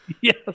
Yes